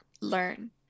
learn